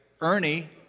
Ernie